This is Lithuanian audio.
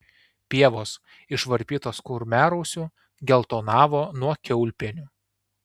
pievos išvarpytos kurmrausių geltonavo nuo kiaulpienių